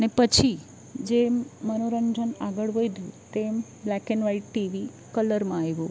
ને પછી જેમ મનોરંજન આગળ વધ્યું તેમ બ્લેક એન વાઇટ ટીવી કલરમાં આવ્યું